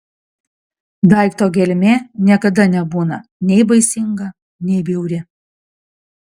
daikto gelmė niekada nebūna nei baisinga nei bjauri